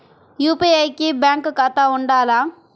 UPI కి bank ఖాతా ఉండాల?